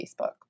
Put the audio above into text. Facebook